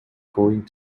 going